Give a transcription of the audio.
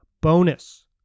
bonus